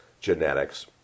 genetics